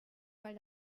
weil